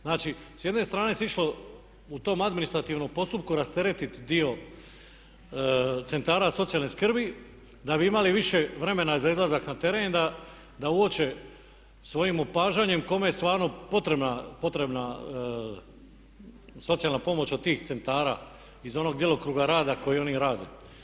Znači s jedne strane se išlo u tom administrativnom postupku rasteretiti dio centara socijalne skrbi da bi imali više vremena za izlazak na teren da uoče svojim opažanjem kome je stvarno potrebna socijalna pomoć od tih centara iz onog djelokruga rada koji oni rade.